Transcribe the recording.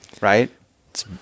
right